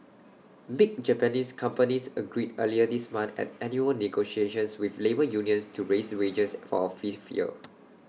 big Japanese companies agreed earlier this month at annual negotiations with labour unions to raise wages for A fifth year